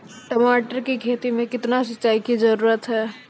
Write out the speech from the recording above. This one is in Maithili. टमाटर की खेती मे कितने सिंचाई की जरूरत हैं?